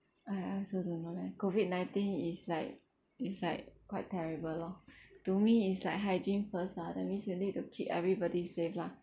I I also don't know leh COVID nineteen is like is like quite terrible loh to me it's like hygiene first ah that means you need to keep everybody safe lah